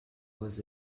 was